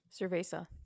Cerveza